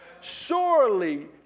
surely